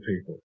people